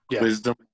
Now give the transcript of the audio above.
Wisdom